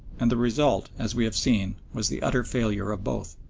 and the result, as we have seen, was the utter failure of both.